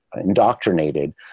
indoctrinated